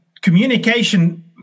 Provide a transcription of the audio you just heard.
communication